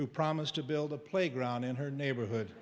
who promised to build a playground in her neighborhood